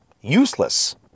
Useless